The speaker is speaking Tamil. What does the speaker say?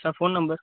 sir phone number